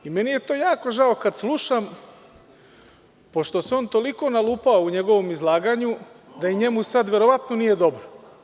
Meni je to jako žao kad slušam, pošto se on toliko nalupao u njegovom izlaganju da i njemu sad verovatno nije dobro.